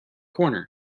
corner